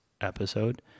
episode